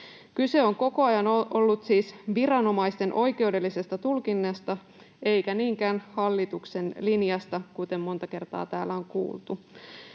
Kyse on koko ajan ollut siis viranomaisten oikeudellisesta tulkinnasta eikä niinkään hallituksen linjasta, kuten monta kertaa täällä on kuultu.